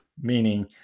meaning